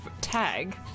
tag